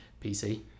PC